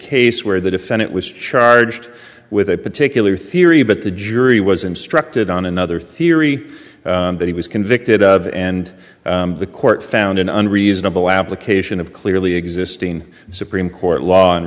case where the defendant was charged with a particular theory but the jury was instructed on another theory that he was convicted of and the court found an unreasonable application of clearly existing supreme court law and